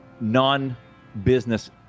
non-business